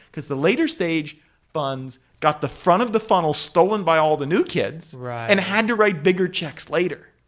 because the later stage funds got the front of the funnel stolen by all of the new kids and had to write bigger checks later.